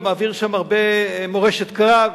ומעביר שם הרבה מורשת קרב,